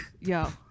Yo